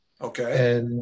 Okay